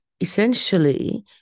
essentially